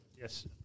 Yes